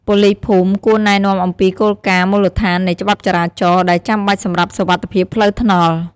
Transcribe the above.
ប៉ូលីសភូមិគួរ ណែនាំអំពីគោលការណ៍មូលដ្ឋាននៃច្បាប់ចរាចរណ៍ ដែលចាំបាច់សម្រាប់សុវត្ថិភាពផ្លូវថ្នល់។